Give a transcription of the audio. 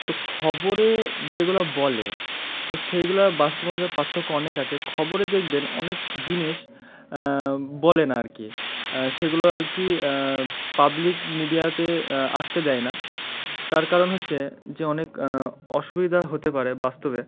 তো খবরে যেগুলো বলে তো সেইগুলো বাস্তবের মধ্যে পার্থক্য অনেক আছে খবরে দেখবেন অনেক জিনিস বলে না আর কি সেগুলো আর কি পাবলিক মিডিয়াতে আসতে দেয় না তার কারণ হচ্ছে যে অনেক অসুবিধা হতে পারে বাস্তবে